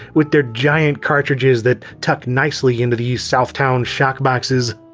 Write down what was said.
with their giant cartridges that tuck nicely into these southtown shockboxes.